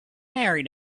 married